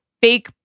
fake